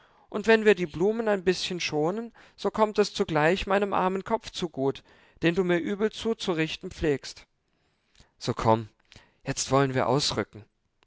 und wenn wir die blumen ein bißchen schonen so kommt es zugleich meinem armen kopf zugut den du mir übel zuzurichten pflegst so komm jetzt wollen wir ausrücken